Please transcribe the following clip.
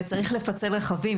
וצריך לפצל רכבים,